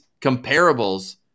comparables